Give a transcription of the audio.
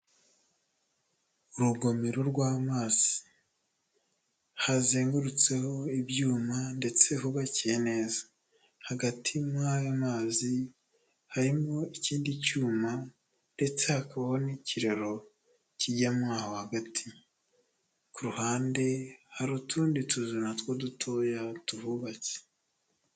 Urugomero rw'amazi. Hazengurutseho ibyuma, ndetse hubakiye neza. Hagati muri ayo mazi harimo ikindi cyuma, ndetse hakaba n'ikiraro kijyamo aho hagati. Ku ruhande hari utundi tuzu na two dutoya, tuhubatse.